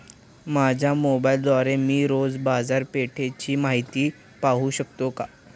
माझ्या मोबाइलद्वारे मी रोज बाजारपेठेची माहिती पाहू शकतो का?